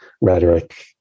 rhetoric